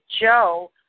Joe